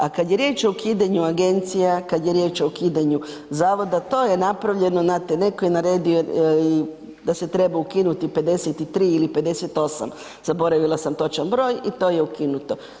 A kad je riječ o ukidanju agencija, kad je riječ o ukidanju zavoda to je napravljeno, znate netko je naredio da se treba ukinuti 53 ili 58 zaboravila sam točan broj i to je ukinuto.